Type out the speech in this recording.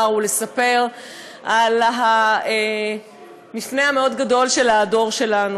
ולספר על המפנה המאוד-גדול של הדור שלנו.